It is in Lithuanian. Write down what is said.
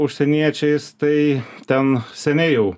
užsieniečiais tai ten seniai jau